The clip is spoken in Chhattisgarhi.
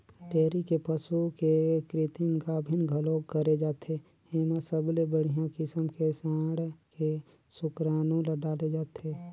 डेयरी के पसू के कृतिम गाभिन घलोक करे जाथे, एमा सबले बड़िहा किसम के सांड के सुकरानू ल डाले जाथे